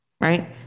right